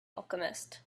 alchemist